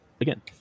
again